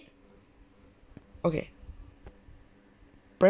okay